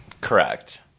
correct